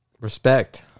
Respect